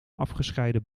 afgescheiden